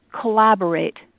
collaborate